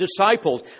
disciples